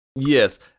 Yes